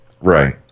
Right